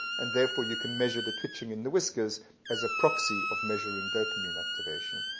and therefore you can measure the twitching in the whiskers as a proxy of measuring dopamine activation.